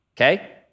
okay